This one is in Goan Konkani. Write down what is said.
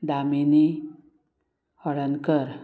दामिनी हळदणकर